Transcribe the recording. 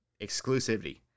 exclusivity